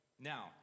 now